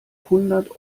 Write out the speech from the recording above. hundert